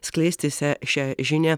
skleisti se šią žinią